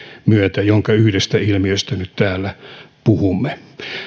myötä jonka yhdestä ilmiöstä nyt täällä puhumme